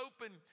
open